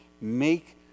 Make